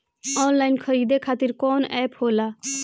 Online खरीदे खातीर कौन एप होला?